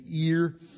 ear